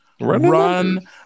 Run